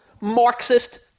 Marxist